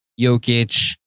Jokic